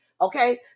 okay